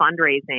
fundraising